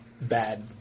bad